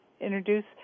introduce